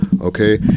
okay